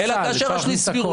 אפשר להכניס הכול.